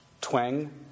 Twang